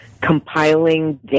compiling